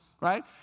right